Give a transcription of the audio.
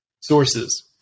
Sources